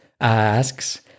asks